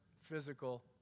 physical